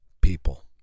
people